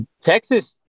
texas